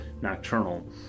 Nocturnal